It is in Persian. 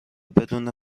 بدون